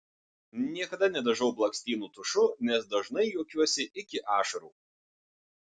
niekada nedažau blakstienų tušu nes dažnai juokiuosi iki ašarų